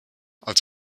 als